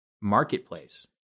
marketplace